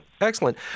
excellent